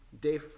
day